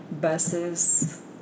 buses